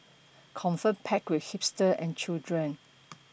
confirm packed with hipster and children